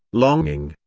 longing,